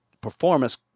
performance